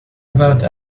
about